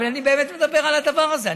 אבל אני באמת מדבר על הדבר הזה,